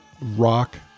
rock